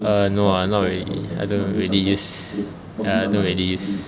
err no lah not really I don't really use ya I don't really use